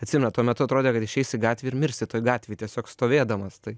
atsimenat tuo metu atrodė kad išeisi į gatvę ir mirsi toj gatvėj tiesiog stovėdamas tai